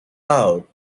out